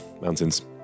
mountains